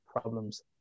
problems